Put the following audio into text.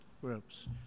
groups